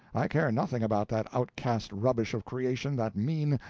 i care nothing about that outcast rubbish of creation, that mean,